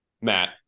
Matt